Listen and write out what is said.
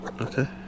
okay